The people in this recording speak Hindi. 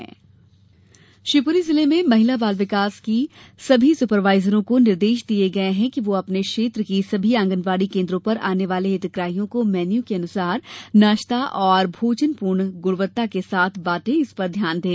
निर्देश शिवपुरी जिले में महिला बाल विकास की सभी सुपरवाइजरों को निर्देश दिए गए हैं कि वह अपने क्षेत्र की सभी आंगनवाड़ी केन्द्रों पर आने वाले हितग्राहियां को मेन्यू के अनुसार नास्ता और भोजन पूर्ण गुणवत्ता के साथ बंटे इस पर ध्यान दें